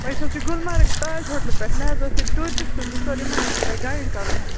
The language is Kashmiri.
أسۍ حظ چھِ گُلمرٕگ تاج ہوٹلہٕ پٮ۪ٹھ مےٚ حظ ٲس یہِ ٹوٗرِسٹہٕ زٕ ژور یِمَن اوسوٕ تۄہہِ گایِڈ کَرُن حظ